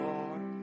Lord